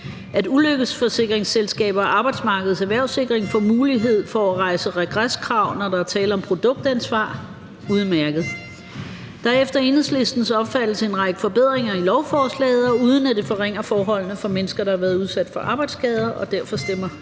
At ulykkesforsikringsselskaber og Arbejdsmarkedets Erhvervssikring får mulighed for at rejse regreskrav, når der er tale om produktansvar, er udmærket. Der er efter Enhedslistens opfattelse en række forbedringer i lovforslaget, uden at det forringer forholdene for mennesker, der har været udsat for arbejdsskader, og derfor stemmer